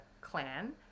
clan